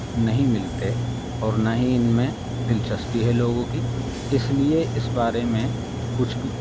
نہیں ملتے اور نہ ہی ان میں دلچسپی ہے لوگوں کی اس لیے اس بارے میں کچھ بھی